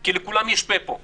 כי לכולם יש פה כאן.